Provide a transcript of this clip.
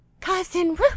Cousin